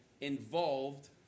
involved